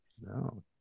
No